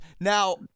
Now